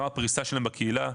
גם הפריסה שלהם בקהילה,